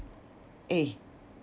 eh